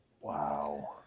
Wow